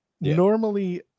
normally